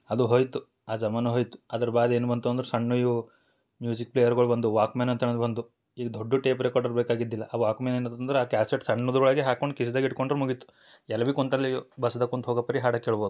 ಅದು ಹೋಯಿತು ಆ ಜಮಾನು ಹೋಯಿತು ಅದ್ರ ಬಾಧೆ ಏನು ಬಂತು ಅಂದ್ರ ಸಣ್ಣ ಇವು ಮ್ಯೂಸಿಕ್ ಪ್ಲೇಯರ್ಗಳ್ ಬಂದವು ವಾಕ್ಮ್ಯಾನ್ ಅಂತೇನೋ ಬಂದ್ವು ಈಗ ದೊಡ್ಡ ಟೇಪ್ರೆಕಾರ್ಡರ್ ಬೇಕಾಗಿದ್ದಿಲ್ಲ ಆ ವಾಕ್ಮ್ಯಾನ್ ಏನು ಆತು ಅಂದ್ರ ಆ ಕ್ಯಾಸೆಟ್ ಸಣ್ಣದ್ರ ಒಳಗೆ ಹಾಕೊಂಡು ಕಿಸಿದಾಗ ಇಟ್ಕೊಂಡರು ಮುಗಿತು ಎಲ್ಲಿ ಬಿ ಕುಂತಲ್ಲಿ ಬಸ್ದಾಗ ಕುಂತು ಹೋಗೊ ಪರಿ ಹಾಡು ಕೇಳ್ಬೋದು